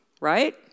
Right